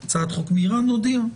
נודיע.